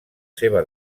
seva